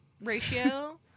ratio